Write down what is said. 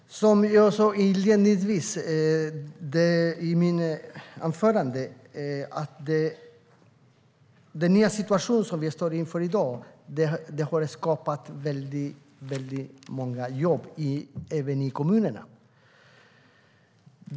Herr talman! Som jag sa inledningsvis i mitt anförande har den nya situation som vi står inför i dag skapat väldigt många jobb, även i kommunerna.